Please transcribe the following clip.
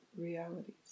realities